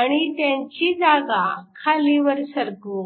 आणि त्यांची जागा खालीवर सरकवू